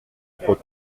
trop